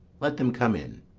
let them come in.